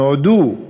נועדו,